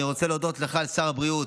אני רוצה להודות לך, שר הבריאות,